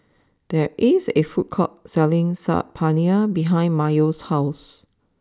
there is a food court selling Saag Paneer behind Mayo's house